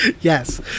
Yes